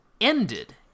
ended